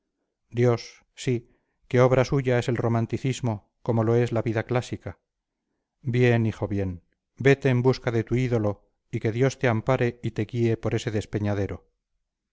dios sí que obra suya es el romanticismo como lo es la vida clásica bien hijo bien vete en busca de tu ídolo y que dios te ampare y te guíe por ese despeñadero